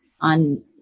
on